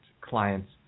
clients